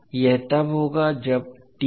यह तब होगा जब